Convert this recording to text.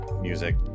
music